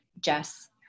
Jess